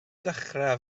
dechra